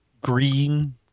green